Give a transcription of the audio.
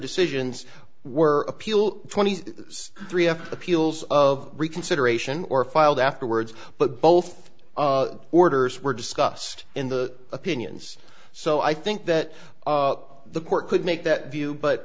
decisions were appeal twenty three of appeals of reconsideration or filed afterwards but both orders were discussed in the opinions so i think that the court could make that view but